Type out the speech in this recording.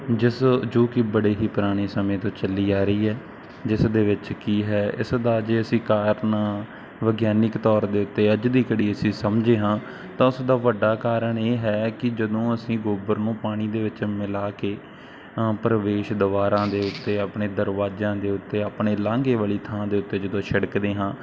ਜਿਸ ਜੋ ਕਿ ਬੜੇ ਹੀ ਪੁਰਾਣੇ ਸਮੇਂ ਤੋਂ ਚੱਲੀ ਆ ਰਹੀ ਹੈ ਜਿਸ ਦੇ ਵਿੱਚ ਕੀ ਹੈ ਇਸ ਦਾ ਜੇ ਅਸੀਂ ਕਾਰਣ ਵਿਗਿਆਨਿਕ ਤੌਰ ਦੇ ਉੱਤੇ ਅੱਜ ਦੀ ਘੜੀ ਅਸੀਂ ਸਮਝੇ ਹਾਂ ਤਾਂ ਉਸ ਦਾ ਵੱਡਾ ਕਾਰਣ ਇਹ ਹੈ ਕਿ ਜਦੋਂ ਅਸੀਂ ਗੋਬਰ ਨੂੰ ਪਾਣੀ ਦੇ ਵਿੱਚ ਮਿਲਾ ਕੇ ਪ੍ਰਵੇਸ਼ ਦੁਆਰਾਂ ਦੇ ਉੱਤੇ ਆਪਣੇ ਦਰਵਾਜ਼ਿਆਂ ਦੇ ਉੱਤੇ ਆਪਣੇ ਲਾਂਘੇ ਵਾਲੀ ਥਾਂ ਦੇ ਉੱਤੇ ਜਦੋਂ ਛਿੜਕਦੇ ਹਾਂ